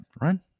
run